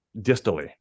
distally